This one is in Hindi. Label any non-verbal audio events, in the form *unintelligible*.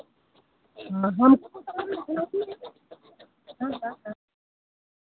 हाँ हमको तो *unintelligible* हाँ हाँ हाँ